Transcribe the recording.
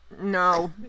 No